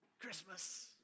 Christmas